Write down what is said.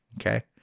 Okay